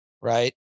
right